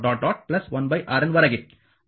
1 RN ವರೆಗೆ